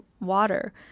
water